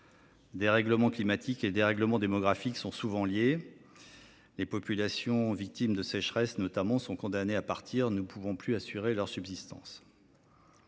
Dérèglement climatique et dérèglement démographique sont souvent liés, les populations notamment victimes de sécheresse sont condamnées à partir, ne pouvant plus assurer leur subsistance.